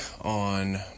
on